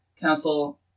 Council